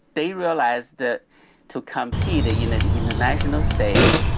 they realize that to compete you know in the national stage,